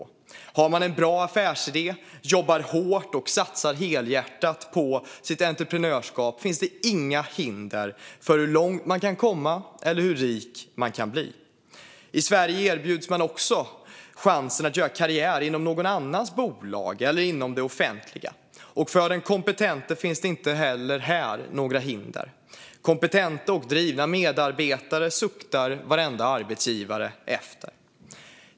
Om man har en bra affärsidé, jobbar hårt och satsar helhjärtat på sitt entreprenörskap finns det inga hinder för hur långt man kan komma eller hur rik man kan bli. I Sverige erbjuds man också chansen att göra karriär inom någon annans bolag eller inom det offentliga. För den kompetente finns det inte heller här några hinder. Kompetenta och drivna medarbetare suktar varenda arbetsgivare efter.